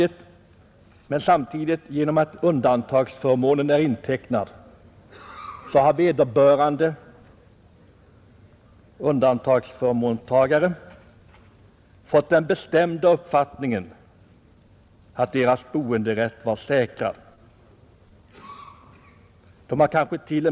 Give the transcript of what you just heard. Genom att undantagsförmånen är intecknad har undantagsförmånstagarna fått den bestämda uppfattningen att deras boenderätt är säkrad.